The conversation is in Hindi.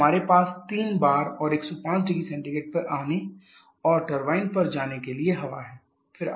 तो हमारे पास 3 bar और 1050C पर आने और टरबाइन पर जाने के लिए हवा है